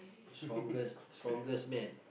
strongest strongest man